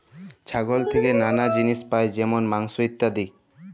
ছাগল থেক্যে লালা জিলিস পাই যেমল মাংস, ইত্যাদি